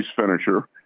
finisher